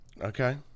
Okay